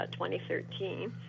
2013